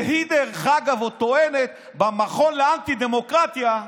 והיא עוד טוענת במכון לאנטי-דמוקרטיה,